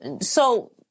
so-